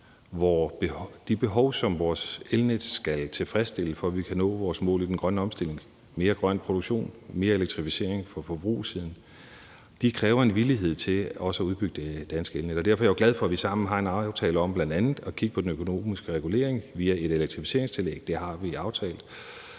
de behov, der er for elnet, for at vi kan nå vores mål i den grønne omstilling med mere grøn produktion og mere elektrificering på forbrugersiden, kræves en villighed til også at udbygge det danske elnet. Derfor er jeg jo glad for, at vi sammen har en aftale om bl.a. at kigge på den økonomiske regulering via et elektrificeringstillæg. Det har vi aftalt.